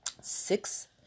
six